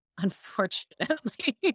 Unfortunately